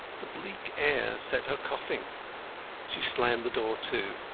the bleak air set her coughing she slammed the door to,